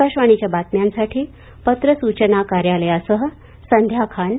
आकाशवाणीच्या बातम्यांसाठी पत्र सूचना कार्यालयासह संध्या खान पुणे